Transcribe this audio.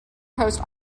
post